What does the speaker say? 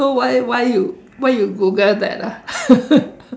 so why why you why you Google that ah